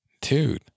Dude